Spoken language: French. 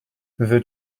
veux